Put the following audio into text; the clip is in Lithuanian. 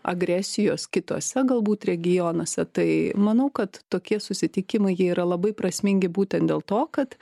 agresijos kituose galbūt regionuose tai manau kad tokie susitikimai jie yra labai prasmingi būtent dėl to kad